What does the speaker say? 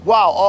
Wow